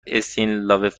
استنس